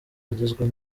agizwe